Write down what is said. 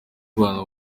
rwanda